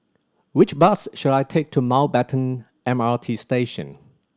which bus should I take to Mountbatten M R T Station